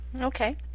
Okay